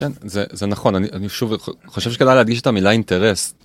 זה נכון אני שוב חושב שכדאי להדגיש את המילה אינטרס.